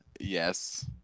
yes